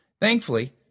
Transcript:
Thankfully